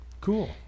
Cool